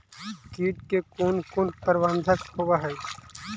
किट के कोन कोन प्रबंधक होब हइ?